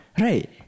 Right